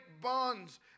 bonds